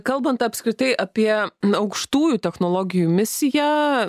kalbant apskritai apie aukštųjų technologijų misiją